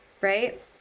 right